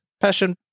Passion